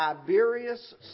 Tiberius